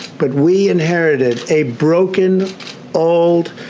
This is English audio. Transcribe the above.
but we inherited a broken old